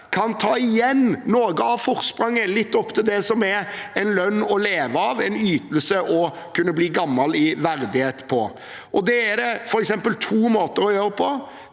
kan ta igjen noe av forspranget, litt opp mot det som er en lønn å leve av, en ytelse å kunne bli gammel i verdighet på. Det er f.eks. to måter å gjøre det